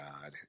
god